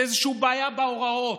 זאת איזושהי בעיה בהוראות.